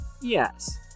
yes